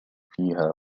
فيها